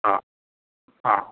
हा हा